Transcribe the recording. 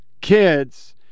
kids